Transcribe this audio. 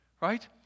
Right